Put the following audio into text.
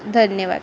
धन्यवाद